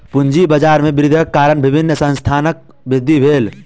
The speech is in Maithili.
पूंजी बाजार में वृद्धिक कारण विभिन्न संस्थानक वृद्धि भेल